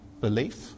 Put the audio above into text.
belief